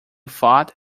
thought